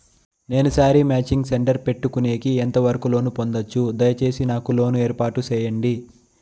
నేను sari matching centre పెట్టుకునేకి ఎంత వరకు లోను పొందొచ్చు? దయసేసి నాకు లోను ఏర్పాటు సేయండి?